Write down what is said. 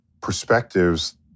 perspectives